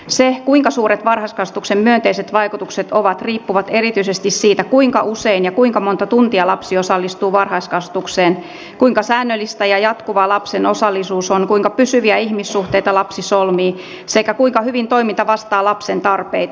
se kuinka suuret varhaiskasvatuksen myönteiset vaikutukset ovat riippuu erityisesti siitä kuinka usein ja kuinka monta tuntia lapsi osallistuu varhaiskasvatukseen kuinka säännöllistä ja jatkuvaa lapsen osallisuus on kuinka pysyviä ihmissuhteita lapsi solmii sekä kuinka hyvin toiminta vastaa lapsen tarpeita